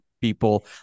people